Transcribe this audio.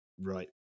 right